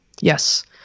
yes